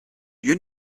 you